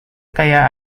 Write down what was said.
kaya